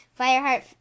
Fireheart